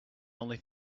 only